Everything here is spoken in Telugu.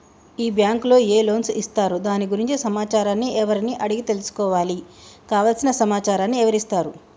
ఈ బ్యాంకులో ఏ లోన్స్ ఇస్తారు దాని గురించి సమాచారాన్ని ఎవరిని అడిగి తెలుసుకోవాలి? కావలసిన సమాచారాన్ని ఎవరిస్తారు?